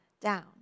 down